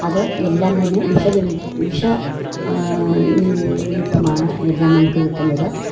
അത് എല്ലാം തന്നെ വിഷവിമു വിഷ നിമി നിമിത്തമാണ് എല്ലാം നമുക്ക് കിട്ടുന്നത്